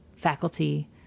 faculty